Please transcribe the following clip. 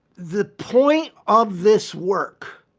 the point of this work